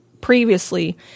previously